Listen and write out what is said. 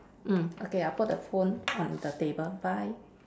mm okay I put the phone on the table bye